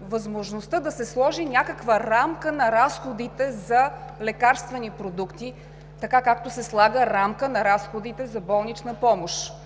възможността да се сложи някаква рамка на разходите за лекарствени продукти така, както се слага рамка на разходите за болнична помощ.